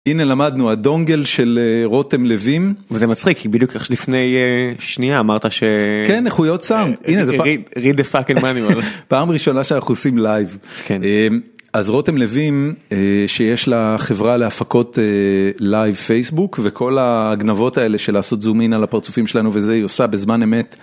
הנה למדנו הדונגל של רותם לוים וזה מצחיק כי בדיוק לפני שנייה אמרת שכן איכויות סאונד read the fucking manual פעם ראשונה שאנחנו עושים לייב אז רותם לווים שיש לה חברה להפקות לייב פייסבוק וכל הגנבות האלה של לעשות זום-אין על הפרצופים שלנו וזה היא עושה בזמן אמת.